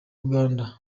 uganda